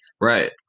Right